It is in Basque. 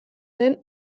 den